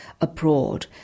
abroad